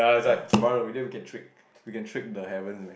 oh brother then we can trick we can trick the heavens man